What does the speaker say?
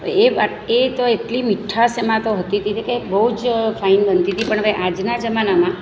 એ બાટી એ તો એટલી મિઠાશ એમાં તો હોતી હતી કે બહુ જ ફાઇન બનતી હતી પણ હવે આજના જમાનામાં